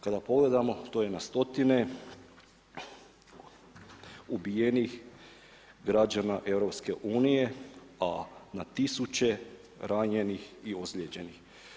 Kada pogledamo, to je na stotine ubijenih građana EU, a na tisuće ranjenih i ozlijeđenih.